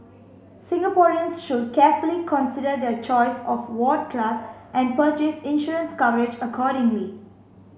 Singaporeans should carefully consider their choice of ward class and purchase insurance coverage accordingly